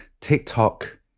TikTok